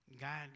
God